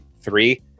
three